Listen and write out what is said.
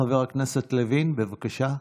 חבר הכנסת לוין, בבקשה.